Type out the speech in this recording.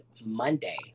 Monday